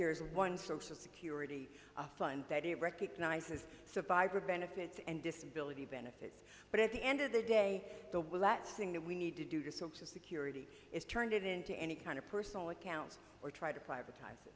there is one social security fund that it recognizes survivor benefits and disability benefits but at the end of the day the will that thing that we need to do to social security is turned into any kind of personal accounts or try to privatizing